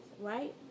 right